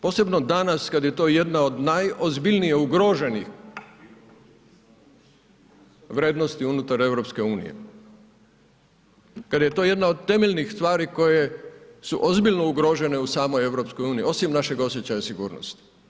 Posebno danas kada je to jedna od najozbiljnije ugroženih vrijednosti unutar EU, kada je to jedna od temeljnih stvari koje su ozbiljno ugrožene u samoj EU, osim našeg osjećaja sigurnosti.